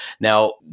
Now